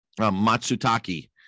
Matsutake